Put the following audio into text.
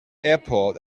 airport